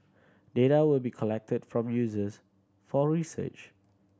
data will be collected from users for research